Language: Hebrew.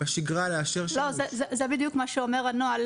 בשגרה --- לא, זה בדיוק מה שאומר הנוהל.